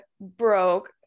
broke